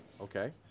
okay